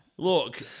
Look